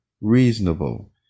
reasonable